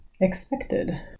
Expected